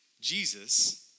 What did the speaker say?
Jesus